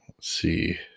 see